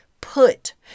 put